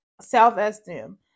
self-esteem